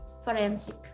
forensic